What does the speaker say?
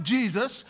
Jesus